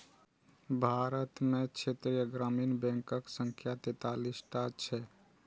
भारत मे क्षेत्रीय ग्रामीण बैंकक संख्या तैंतालीस टा छै